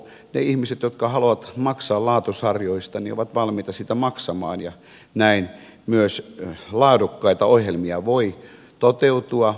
ne ihmiset jotka haluavat maksaa laatusarjoista ovat valmiita niistä maksamaan ja näin myös laadukkaita ohjelmia voi toteutua